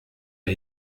der